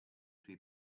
suoi